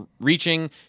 reaching